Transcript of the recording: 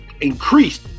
increased